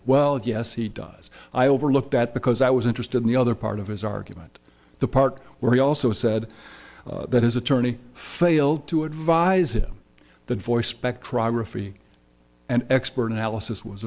well yes he does i overlooked that because i was interested in the other part of his argument the part where he also said that his attorney failed to advise him that voice spectrograph and expert analysis was